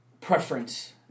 preference